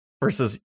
versus